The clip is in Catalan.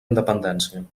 independència